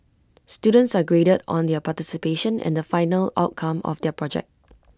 students are graded on their participation and the final outcome of their project